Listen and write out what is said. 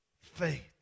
faith